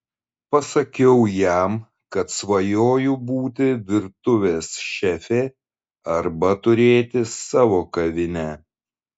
pasakiau jam kad svajoju būti virtuvės šefė arba turėti savo kavinę